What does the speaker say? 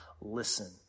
listen